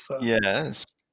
Yes